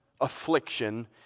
affliction